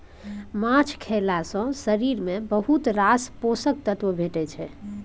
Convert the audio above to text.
माछ खएला सँ शरीर केँ बहुत रास पोषक तत्व भेटै छै